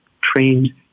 trained